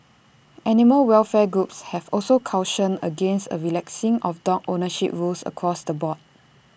animal welfare groups have also cautioned against A relaxing of dog ownership rules across the board